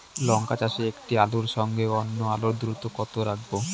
লঙ্কা চাষে একটি আলুর সঙ্গে অন্য আলুর দূরত্ব কত রাখবো?